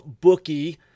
bookie